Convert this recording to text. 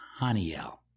Haniel